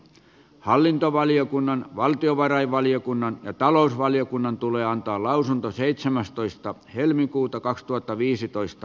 hallintovaliokunnan valtiovarainvaliokunnan ja talousvaliokunnan tulee antaa saamme tämän yhdessä valmiiksi